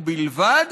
ובלבד